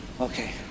Okay